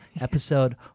episode